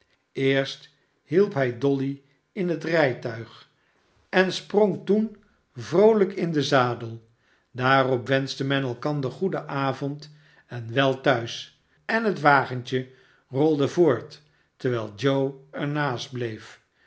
eerst hielp hij dolly in het rijtuig en sprong toen vroolijk in den zadel daarop wenschte men elkander goeden avond en wel thuis en het wagentje rolde voort terwijl joe er naast bleef